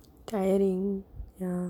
tiring ya